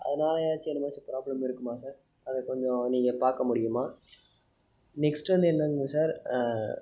அதனால் ஏதாச்சும் எதுனாச்சும் ஃப்ராப்ளம் இருக்குமா சார் அதை கொஞ்சம் நீங்கள் பார்க்க முடியுமா நெக்ஸ்ட் வந்து என்னன்னால் சார்